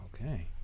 Okay